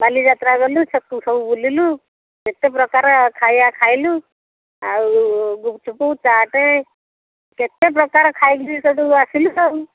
ବାଲିଯାତ୍ରା ଗଲୁ ସେଠୁ ସବୁ ବୁଲିଲୁ କେତେ ପ୍ରକାର ଖାଇବା ଖାଇଲୁ ଆଉ ଗୁପ୍ଚୁପ୍ ଚାଟ୍ କେତେ ପ୍ରକାର ଖାଇକି ସେଠୁ ଆସିଲୁ ଆଉ